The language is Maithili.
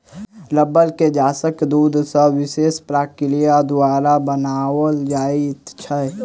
रबड़ के गाछक दूध सॅ विशेष प्रक्रिया द्वारा बनाओल जाइत छै